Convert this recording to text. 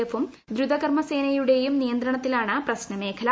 എഫും ദ്രുതക്ർമ്മ സേനയുടെയും നിയന്ത്രണത്തിലാണ് പ്രശ്നമേഖല